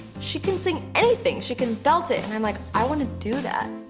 she can sing anything. she can belt it. and i'm like i wanna do that.